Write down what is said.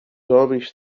homens